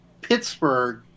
Pittsburgh